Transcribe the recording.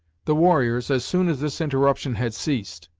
the warriors, as soon as this interruption had ceased,